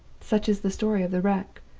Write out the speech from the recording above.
such is the story of the wreck,